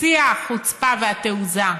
בשיא החוצפה והתעוזה,